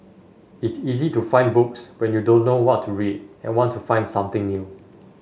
it's easy to find books when you don't know what to read and want to find something new